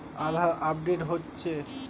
আধার update হচ্ছে?